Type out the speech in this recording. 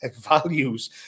values